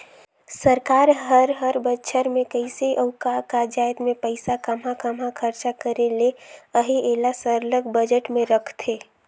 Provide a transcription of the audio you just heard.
सरकार हर हर बछर में कइसे अउ का का जाएत में पइसा काम्हां काम्हां खरचा करे ले अहे एला सरलग बजट में रखथे